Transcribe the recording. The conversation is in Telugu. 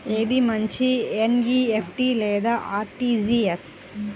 ఏది మంచి ఎన్.ఈ.ఎఫ్.టీ లేదా అర్.టీ.జీ.ఎస్?